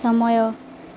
ସମୟ